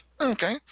Okay